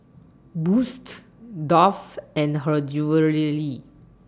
Boosts Dove and Her Jewellery